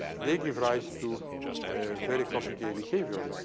they give rise to very complicated behaviors.